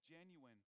genuine